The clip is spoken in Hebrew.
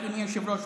אדוני היושב-ראש,